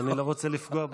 אז אדוני לא רוצה לפגוע בנו.